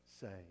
say